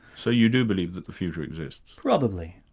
so you do believe that the future exists? probably,